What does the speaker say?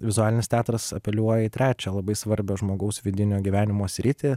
vizualinis teatras apeliuoja į trečią labai svarbią žmogaus vidinio gyvenimo sritį